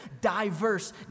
diverse